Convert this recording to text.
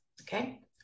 Okay